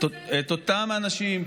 וחאג' אמין אל-חוסייני.